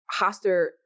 Hoster